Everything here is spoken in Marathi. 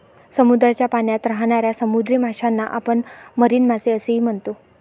समुद्राच्या पाण्यात राहणाऱ्या समुद्री माशांना आपण मरीन मासे असेही म्हणतो